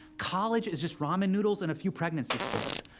college is just ramen noodles and a few pregnancy scares.